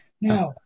Now